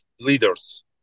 leaders